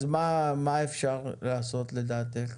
אז מה אפשר לעשות לדעתך?